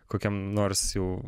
kokiam nors jau